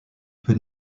peut